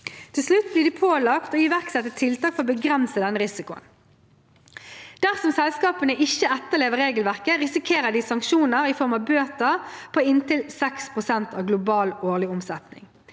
Til slutt blir de pålagt å iverksette tiltak for å begrense denne risikoen. Dersom selskapene ikke etterlever regelverket, risikerer de sanksjoner i form av bøter på inntil 6 pst. av global årlig omsetning.